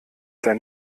dein